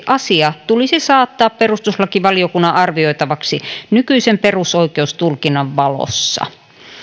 asia tulisi saattaa perustuslakivaliokunnan arvioitavaksi nykyisen perusoikeustulkinnan valossa